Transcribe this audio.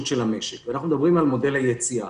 של המשק ואנחנו מדברים על מודל היציאה.